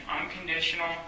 unconditional